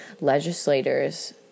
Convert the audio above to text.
legislators